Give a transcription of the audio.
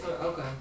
Okay